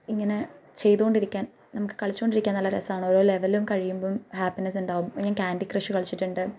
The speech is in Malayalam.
ഇങ്ങനെ ചെയ്തുകൊണ്ടിരിക്കാൻ നമുക്ക് കളിച്ചുകൊണ്ടിരിക്കാൻ നല്ല രസമാണ് ഓരോ ലെവലും കഴിയുമ്പം ഹാപ്പിനെസ് ഉണ്ടാകും ഇങ്ങനെ കാൻഡി ക്രഷ് കളിച്ചിട്ടുണ്ട്